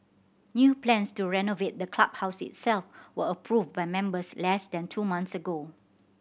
new plans to renovate the clubhouse itself were approved by members less than two months ago